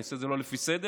אני אעשה את זה לא לפי סדר: